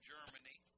Germany